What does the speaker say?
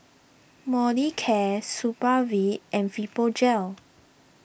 Molicare Supravit and Fibogel